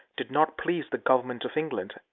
did not please the government of england,